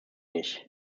nicht